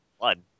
blood